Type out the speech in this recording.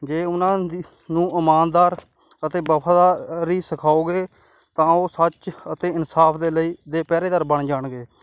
ਜੇ ਉਹਨਾਂ ਦੀ ਨੂੰ ਇਮਾਨਦਾਰ ਅਤੇ ਵਫਾਦਾਰੀ ਸਿਖਾਓਗੇ ਤਾਂ ਉਹ ਸੱਚ ਅਤੇ ਇਨਸਾਫ ਦੇ ਲਈ ਦੇ ਪਹਿਰੇਦਾਰ ਬਣ ਜਾਣਗੇ